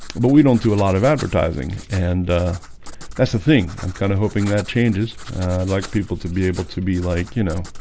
but we don't do a lot of advertising and that's the thing. i'm kind of hoping that changes. i'd like people to be able to be like you know